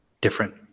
different